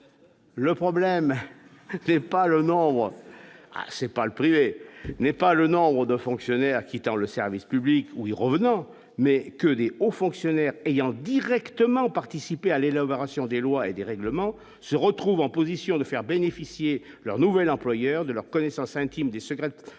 le privé n'est pas le nombre de fonctionnaires quittant le service public où y revenant mais que dire aux fonctionnaires ayant directement participé à l'élaboration des lois et des règlements, se retrouve en position de faire bénéficier leur nouvel employeur de leur connaissance intime des secrets